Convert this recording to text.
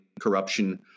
corruption